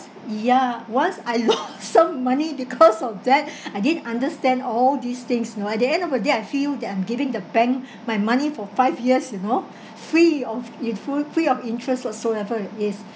yeah once I lost some money because of that I didn't understand all these things you know at the end of a day I feel that I'm giving the bank my money for five years you know free of free of interest whatsoever it is